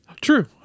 True